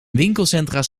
winkelcentra